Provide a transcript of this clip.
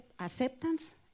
acceptance